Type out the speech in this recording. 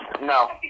No